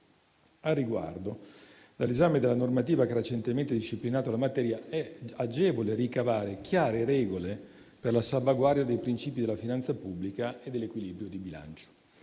Al riguardo, dall'esame della normativa che ha recentemente disciplinato la materia, è agevole ricavare chiare regole per la salvaguardia dei princìpi della finanza pubblica e dell'equilibrio di bilancio.